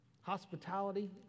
Hospitality